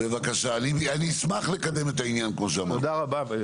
בבקשה, אני אשמח לקדם את העניין כמו שאמרתי, כן.